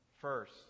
First